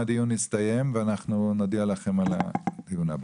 הדיון הסתיים ואנחנו נודיע לכם על הדיון הבא.